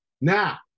now